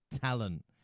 talent